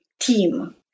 team